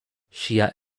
shia